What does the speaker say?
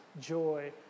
joy